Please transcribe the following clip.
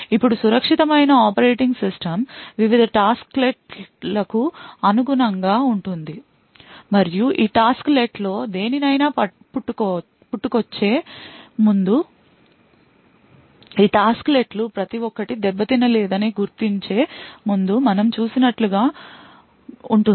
ఇప్పుడు సురక్షితమైన operating system వివిధ టాస్క్లెట్ల కు అనుగుణంగా ఉంటుంది మరియు ఈ టాస్క్లెట్లో దేనినైనా పుట్టుకొచ్చే ముందు ఈ టాస్క్లెట్లు ప్రతి ఒక్కటి దెబ్బతినలేదని గుర్తించే ముందు మనం చూసినట్లుగా ఉంటుంది